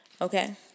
Okay